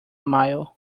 mile